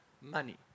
money